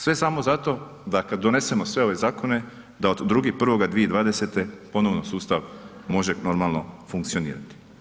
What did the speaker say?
Sve samo zato da kad donesemo sve ove zakone, da od 2. 1. 2020. ponovno sustav može normalno funkcionirati.